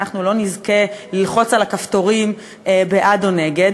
ואנחנו לא נזכה ללחוץ על הכפתורים בעד או נגד,